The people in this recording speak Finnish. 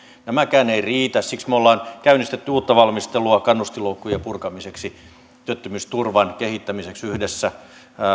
nämäkään eivät riitä siksi me olemme käynnistäneet uutta valmistelua kannustinloukkujen purkamiseksi työttömyysturvan kehittämiseksi yhdessä